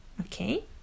Okay